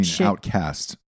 outcast